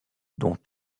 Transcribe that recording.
dont